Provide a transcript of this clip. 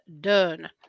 done